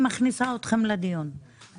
אבל זו לא פעם ראשונה שאנו מגיעים לדיון.